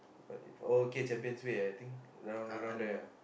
well if okay Champions Way eh I think around around there ah